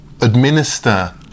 administer